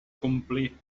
complir